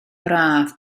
braf